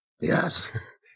Yes